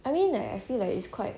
I mean like I feel like it's quite